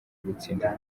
gutsinda